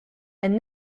and